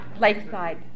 Lakeside